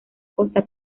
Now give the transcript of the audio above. costa